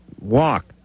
walk